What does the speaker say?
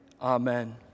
amen